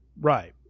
Right